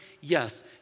Yes